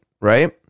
right